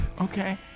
Okay